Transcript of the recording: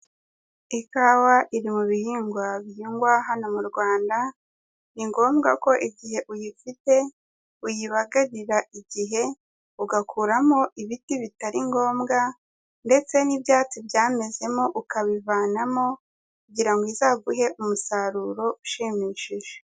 Ikawa iri mu bihingwa bihingwa hano mu Rwanda, ni ngombwa ko igihe uyifite uyibagarira igihe ugakuramo ibiti bitari ngombwa ndetse n'ibyatsi byamezemo ukabivanamo kugira ngo izaguhe umusaruro ushimishije.